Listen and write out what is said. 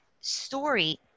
story